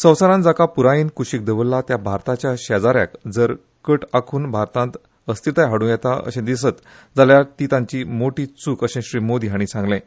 संवसारान जाका पुरायेन कुशीक दवरला त्या भारताच्या शेजा याक जर कट आंखून भारतांत अस्थिरताय हाडूं येता अशें दिसत जाल्यार ती तांची मोठी चूक अशें श्री मोदी हांणी सांगलें